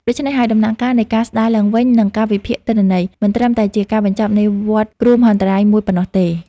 ដូច្នេះហើយ ដំណាក់កាលនៃការស្តារឡើងវិញ និងការវិភាគទិន្នន័យ មិនត្រឹមតែជាការបញ្ចប់នៃវដ្តគ្រោះមហន្តរាយមួយប៉ុណ្ណោះទេ។